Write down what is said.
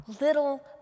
little